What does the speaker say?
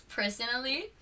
personally